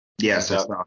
Yes